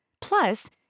Plus